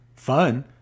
Fun